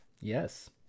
Yes